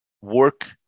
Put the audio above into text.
work